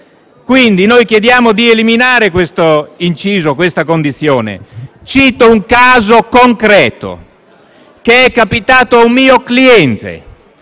Chiediamo quindi di eliminare questo inciso, questa condizione. Cito un caso concreto, capitato a un mio cliente